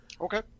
Okay